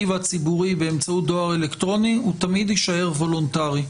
והציבורי באמצעות דואר אלקטרוני תמיד יישאר וולונטרי,